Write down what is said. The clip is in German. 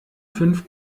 fünf